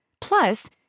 Plus